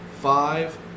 five